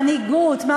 מנהיגות.